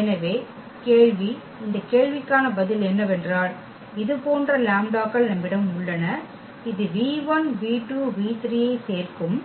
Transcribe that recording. எனவே கேள்வி இந்த கேள்விக்கான பதில் என்னவென்றால் இதுபோன்ற லாம்ப்டாக்கள் நம்மிடம் உள்ளன இது இதைச் சேர்க்கும்